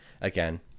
again